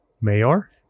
Mayor